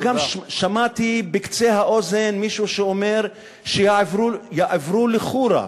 וגם שמעתי בקצה האוזן מישהו שאומר: שיעברו לח'ורה,